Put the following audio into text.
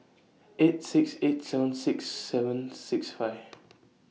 eight six eight seven six seven six five